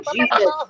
Jesus